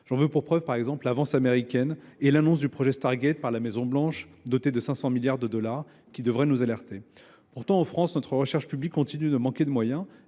J'en veux pour preuve par exemple l'avance américaine et l'annonce du projet Stargate par la Maison-Blanche dotée de 500 milliards de dollars qui devrait nous alerter. Pourtant, en France, notre recherche publique continue de manquer de moyens